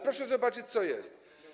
Proszę zobaczyć, co jest.